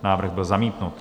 Návrh byl zamítnut.